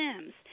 Sims